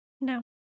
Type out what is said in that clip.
No